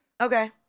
Okay